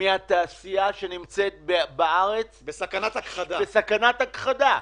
מהתעשייה שנמצאת בארץ בסכנת הכחדה?